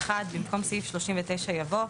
במקום סעיף 39 יבוא: